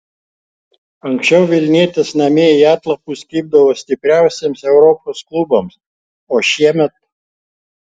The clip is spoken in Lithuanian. anksčiau vilnietės namie į atlapus kibdavo stipriausiems europos klubams o šiemet